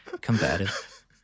combative